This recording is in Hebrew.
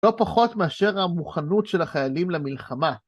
לא פחות מאשר המוכנות של החיילים למלחמה.